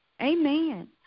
Amen